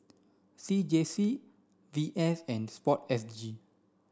C J C V S and sport S G